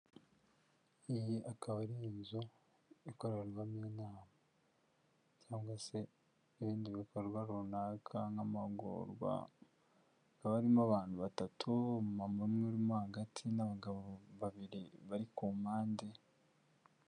Iyi akaba ari inzu ikorerwamo inama cyangwa se ibindi bikorwa runaka nk'amagorwa, haba harimo abantu batatu n'aba mama umwe hagati n'abagabo babiri bari ku mpande.